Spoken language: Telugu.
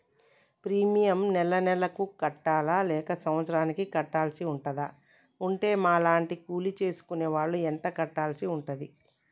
ప్రీమియం నెల నెలకు కట్టాలా లేక సంవత్సరానికి కట్టాల్సి ఉంటదా? ఉంటే మా లాంటి కూలి చేసుకునే వాళ్లు ఎంత కట్టాల్సి ఉంటది?